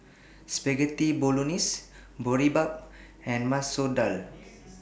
Spaghetti Bolognese Boribap and Masoor Dal